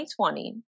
2020